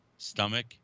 stomach